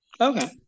Okay